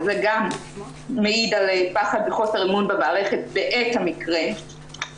זה גם מעיד על פחד וחוסר אמון במערכת בעת המקרה.